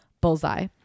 Bullseye